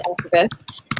activists